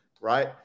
Right